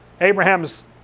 Abraham's